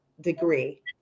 degree